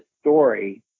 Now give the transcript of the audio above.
story